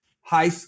high